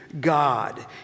God